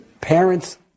parents